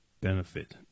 benefit